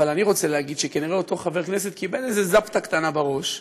אבל אני רוצה להגיד שכנראה אותו חבר כנסת קיבל איזה זפטה קטנה בראש,